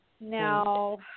Now